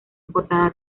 importada